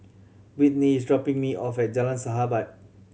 Britni is dropping me off at Jalan Sahabat